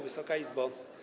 Wysoka Izbo!